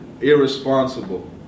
irresponsible